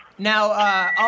Now